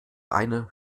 eine